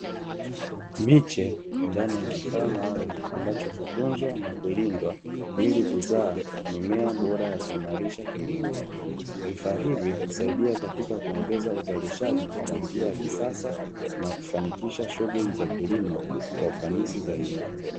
MIche ndani ya kifaa maalumu ambacho hutunzwa na kulindwa ili kuzaa mimea bora na kuhimarisha kilimo, vifaa hivi husaidia katika kuongeza uzalishaji kwa njia ya kisasa na kufanikisha shughuli za kilimo kwa ufanisi zaidi.